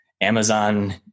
Amazon